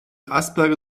asperger